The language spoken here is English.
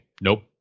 Nope